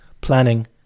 planning